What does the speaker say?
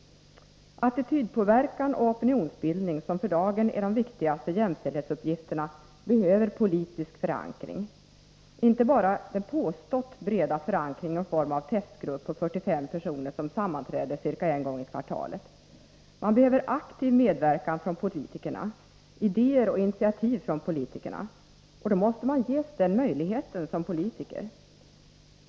Attitydpåverkan och opinionsbildning, som för dagen är de viktigaste jämställdhetsuppgifterna, behöver politisk förankring, inte bara den, som man påstår, breda förankring i form av en testgrupp på 45 personer som sammanträder en gång i kvartalet. Det behövs aktiv medverkan från politikerna, det behövs idéer och initiativ från politikerna, och då måste man ges möjligheter härvidlag som politiker.